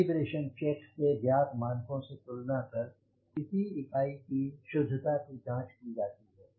calibration check से ज्ञात मानकों से तुलना कर किसी इकाई की शुद्धता की जाँच की जाती है